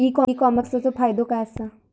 E कॉमर्सचो फायदो काय असा?